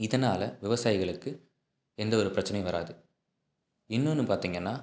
இதனால் விவசாயிகளுக்கு எந்த ஒரு பிரச்சனையும் வராது இன்னொன்று பார்த்திங்கன்னா